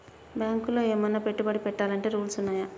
బ్యాంకులో ఏమన్నా పెట్టుబడి పెట్టాలంటే రూల్స్ ఉన్నయా?